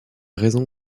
raison